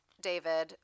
David